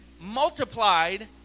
multiplied